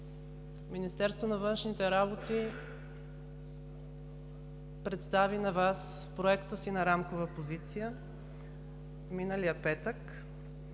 Министерството на външните работи представи на Вас Проекта си на рамкова позиция миналия петък,